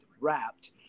wrapped